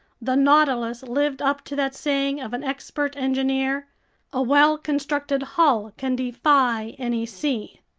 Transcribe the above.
the nautilus lived up to that saying of an expert engineer a well-constructed hull can defy any sea!